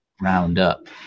Roundup